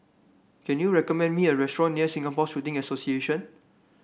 can you recommend me a restaurant near Singapore Shooting Association